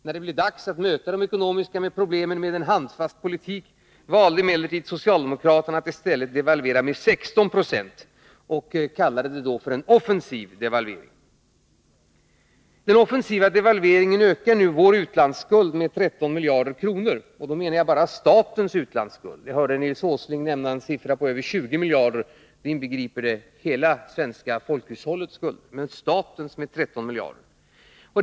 När det blev dags att möta de ekonomiska problemen med en handfast politik, valde emellertid socialdemokraterna att i stället devalvera med 16 70 och kalla det för en offensiv devalvering. Den ”offensiva devalveringen” ökar nu vår utlandsskuld med 13 miljarder kronor, och då menar jag bara statens utlandsskuld. Vi hörde Nils Åsling nämna en siffra på över 20 miljarder. Den siffran inbegriper hela det svenska folkhushållets skulder — men statens utlandsskuld är 13 miljarder kronor.